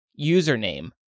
username